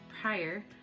prior